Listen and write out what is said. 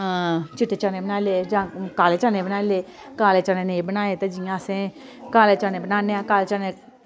चिट्टे चने बनाई ले जां काले चने बनाई ले काले चने नेईं बनाये ते जियां असें काले चने बनाने आं काले चने